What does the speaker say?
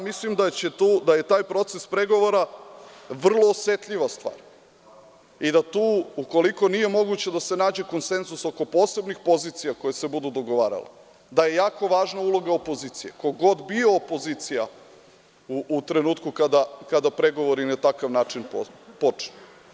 Mislim da je taj proces pregovora vrlo osetljiva stvar, i da tu ukoliko nije moguće da se nađe konsenzus oko posebnih pozicija koje se budu dogovarale, da je jako važno uloga opozicije, ko god bio opozicija u trenutku kada pregovori na takav način počnu.